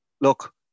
look